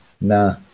Nah